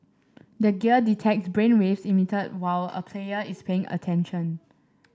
the gear detects brainwaves emitted while a player is paying attention